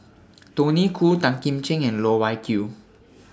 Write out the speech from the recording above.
Tony Khoo Tan Kim Ching and Loh Wai Kiew